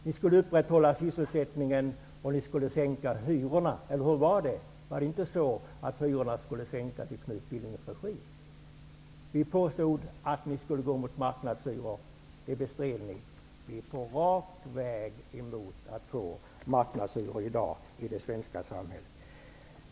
Ni skulle upprätthålla sysselsättningen och sänka hyrorna. Var det inte så, Knut Billing, att hyrorna skulle sänkas i er regi? Vi påstod att ni skulle införa marknadshyror, men det bestred ni. Vi är i dag på rak väg in mot marknadshyror i det svenska samhället.